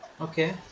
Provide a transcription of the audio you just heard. Okay